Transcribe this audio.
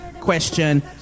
question